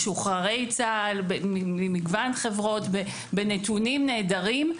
הם משוחרי צה"ל ממגוון חברות ובנתונים נהדרים.